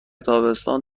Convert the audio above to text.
تابستان